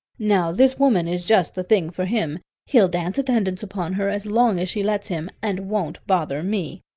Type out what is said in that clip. now, this woman is just the thing for him. he'll dance attendance upon her as long as she lets him, and won't bother me.